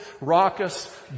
raucous